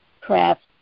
craft